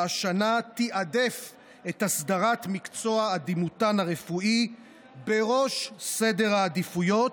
שהשנה תיעדף את הסדרת מקצוע הדימותן הרפואי בראש סדר העדיפויות.